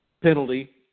penalty